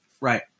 right